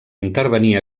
intervenir